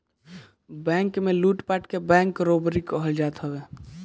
bank में लूटपाट के बैंक रोबरी कहल जात हवे